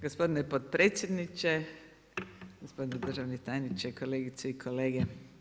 Gospodine potpredsjedniče, gospodine državni tajniče, kolegice i kolege.